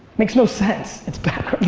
makes no sense, it's backwards.